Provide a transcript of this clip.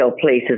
places